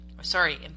sorry